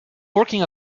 working